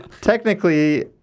Technically